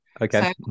Okay